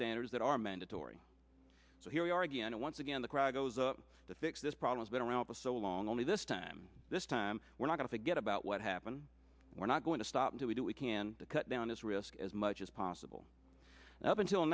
standards that are mandatory so here we are again and once again the cry goes up to fix this problem has been around for so long only this time this time we're not going to get about what happen we're not going to stop until we do we can cut down this risk as much as possible of until